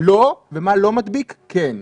לא, ומה שלא מדביק כן.